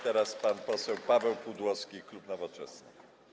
Teraz pan poseł Paweł Pudłowski, klub Nowoczesna.